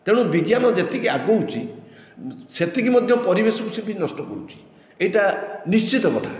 ତେଣୁ ବିଜ୍ଞାନ ଯେତିକି ଆଗଉଛି ସେତିକି ମଧ୍ୟ ପରିବେଶକୁ ସେ ବି ନଷ୍ଟ କରୁଛି ଏହିଟା ନିଶ୍ଚିତ କଥା